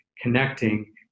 connecting